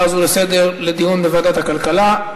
הזו לסדר-היום לדיון בוועדת הכלכלה.